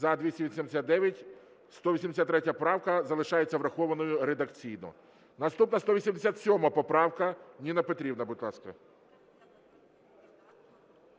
За-289 183 правка залишається врахованою редакційно. Наступна 187 поправка. Ніна Петрівна, будь ласка.